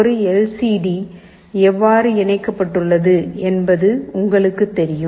ஒரு L C D எவ்வாறு இணைக்கப்பட்டுள்ளது என்பது உங்களுக்குத் தெரியும்